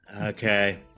Okay